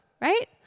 Right